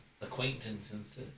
acquaintances